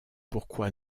pourquoi